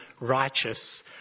righteous